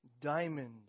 diamond